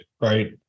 right